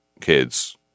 kids